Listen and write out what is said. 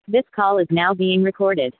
this call is now being recorded